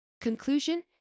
Conclusion